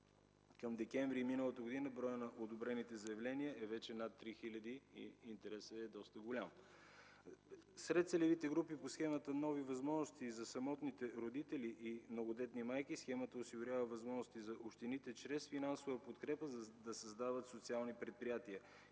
Към декември миналата година броят на одобрените заявления е вече над 3000. Интересът е доста голям. Сред целевите групи по схемата „Нови възможности” за самотните родители и многодетни майки, схемата осигурява възможности за общините чрез финансова подкрепа да създават социални предприятия